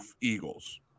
Eagles